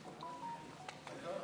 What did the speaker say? גביר.